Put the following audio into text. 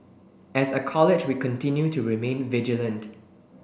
as a College we continue to remain vigilant